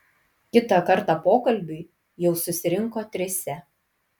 kitą kartą pokalbiui jau susirinko trise